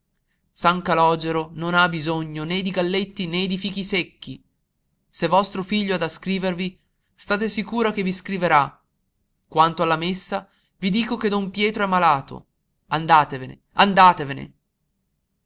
san calògero non ha bisogno né di galletti né di fichi secchi se vostro figlio ha da scrivervi state sicura che vi scriverà quanto alla messa vi dico che don pietro è malato andatevene andatevene